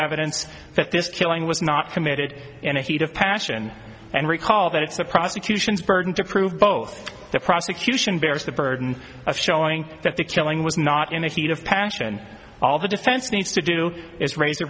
evidence that this killing was not committed in a heat of passion and recall that it's the prosecution's burden to prove both the prosecution bears the burden of showing that the killing was not in the heat of passion all the defense needs to do is raise a